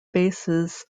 bases